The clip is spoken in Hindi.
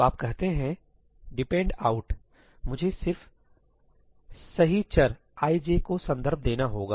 तो आप कहते हैं 'dependout 'मुझे सिर्फ सही चरi j का संदर्भ देना होगा